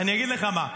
אני אגיד לך מה.